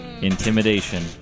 Intimidation